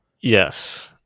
Yes